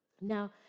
Now